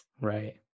Right